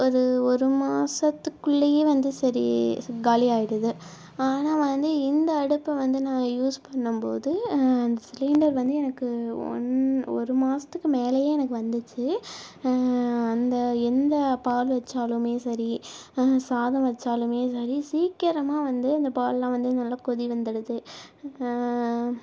ஒரு ஒரு மாசத்துக்குள்ளே வந்து சரி காலியாகிடுது ஆனால் வந்து இந்த அடுப்பை ந்து நான் யூஸ் பண்ணும்போது அந்த சிலிண்டர் வந்து எனக்கு ஒன் ஒரு மாசத்துக்கு மேலேயே எனக்கு வந்துச்சு அந்த எந்த பால் வெச்சாலும் சரி சாதம் வெச்சாலும் சரி சீக்கிரமாக வந்து அந்த பால்லாம் வந்து நல்லா கொதி வந்துடுது